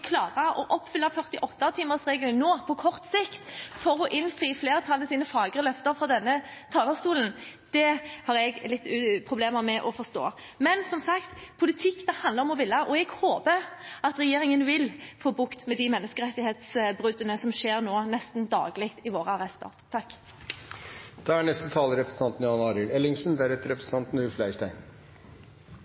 klare å oppfylle 48-timersregelen på kort sikt for å innfri flertallets fagre løfter fra denne talerstolen, har jeg litt problemer med å forstå. Men, som sagt, politikk handler om å ville, og jeg håper at regjeringen vil få bukt med de menneskerettighetsbruddene som nå skjer nesten daglig i våre arrester. Litt temperatur må vi ha, det er